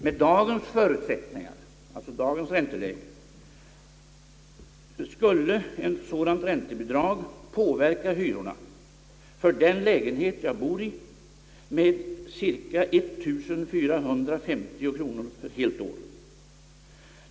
Med dagens förutsättningar, alltså dagens ränteläge, skulle ett sådant räntebidrag påverka hyran för den lägenhet jag bor i med ca 1 450 kronor för helt år.